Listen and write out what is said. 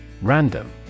Random